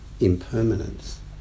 impermanence